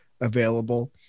available